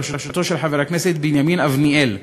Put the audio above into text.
בראשותו של חבר הכנסת בנימין אבניאל.